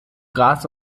gras